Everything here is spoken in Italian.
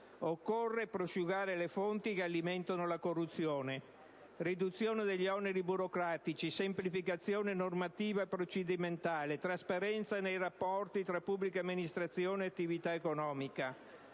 Occorre prosciugare le fonti che alimentano la corruzione: riduzione degli oneri burocratici, semplificazione normativa e procedimentale, trasparenza nei rapporti tra pubblica amministrazione e attività economica,